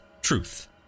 truth